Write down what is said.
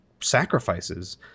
sacrifices